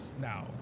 now